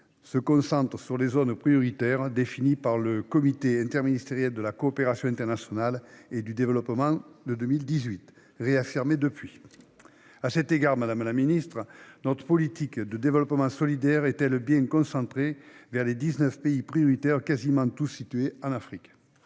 se concentrent sur les zones prioritaires définies par le comité interministériel de la coopération internationale et du développement en 2018 et réaffirmées depuis lors. À cet égard, madame la ministre, notre politique de développement solidaire est-elle bien concentrée sur les 19 pays prioritaires identifiés, quasiment tous situés en Afrique ?